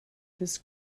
this